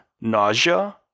nausea